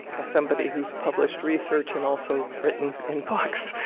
as somebody who's published research and also written in books,